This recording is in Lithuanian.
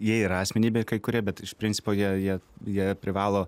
jie yra asmenybė kai kurie bet iš principo jie jie jie privalo